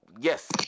Yes